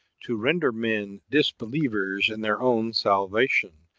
to render men disbelievers in their own salvation,